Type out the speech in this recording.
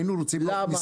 למה אין.